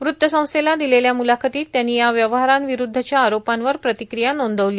वृत्तसंस्थेला दिलेल्या म्लाखतीत त्यांनी या व्यवहारांविरुद्वच्या आरोपांवर प्रतिक्रीया नोंदवली